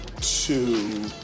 two